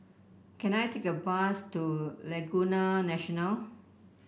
can I take a bus to Laguna National